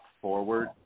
forward